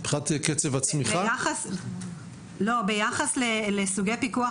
מבחינת קצב הצמיחהץ ביחס לסוגי פיקוח